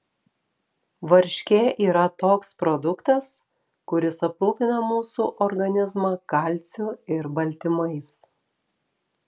varškė yra toks produktas kuris aprūpina mūsų organizmą kalciu ir baltymais